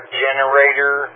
generator